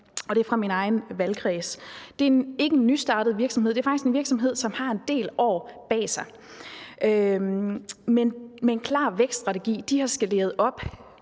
og det er fra min egen valgkreds. Det er ikke en nystartet virksomhed, men det er faktisk en virksomhed, som har en del år bag sig, og de har en klar vækststrategi. De har skaleret op